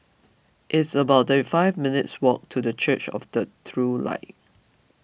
it's about thirty five minutes' walk to Church of the True Light